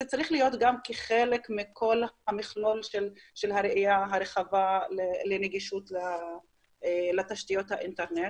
זה צריך להיות חלק מכל המכלול של ראייה רחבה לנגישות לתשתיות האינטרנט.